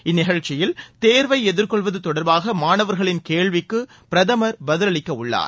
இந்நிகழ்ச்சியில் தேர்வை எதிர்கொள்வது தொடர்பாக மாணவர்களின் கேள்விக்கு பிரதமர் பதிலளிக்கவுள்ளார்